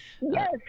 Yes